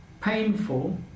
painful